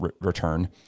return